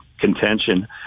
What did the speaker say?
contention